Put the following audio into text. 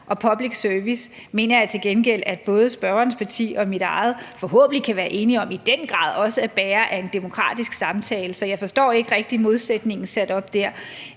og public service mener jeg til gengæld at både spørgerens parti og mit eget forhåbentlig kan være enige om i den gradogså er bærere af en demokratisk samtale, så jeg forstår ikke rigtig modsætningen sat op dér.